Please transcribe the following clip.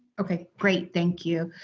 okay, great, thank you.